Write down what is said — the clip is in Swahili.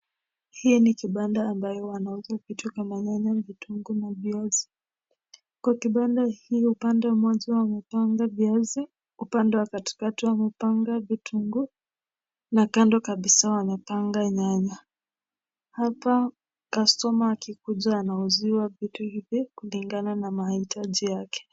Hii ni kibanda ambayo wanauza vitu kama nyanya, vitunguu na viazi. Kwa kibanda hii upande mmoja wamepanga viazi, upande wa katikati wamepanga vitunguu na kando kabisa wamepanga nyanya. Hapa customer akikuja anauziwa vitu hivi kulingana na mahitaji yake.